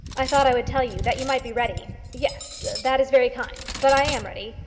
i thought i would tell you, that you might be ready. yes that is very kind. but i am ready.